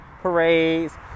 parades